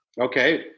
Okay